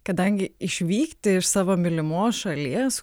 kadangi išvykti iš savo mylimos šalies